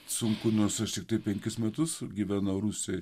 sunku nusiteikti penkis metus gyvenau rusijoje